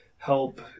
help